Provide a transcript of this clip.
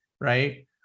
right